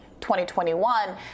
2021